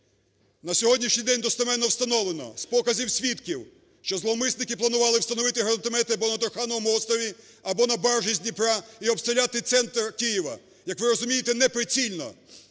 На сьогоднішній день достеменно встановлено з показів свідків, що зловмисники планували встановити гранатомети або на Трухановому острові, або на баржі з Дніпра і обстріляти центр Києва, як ви розумієте, не прицільно.